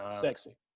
sexy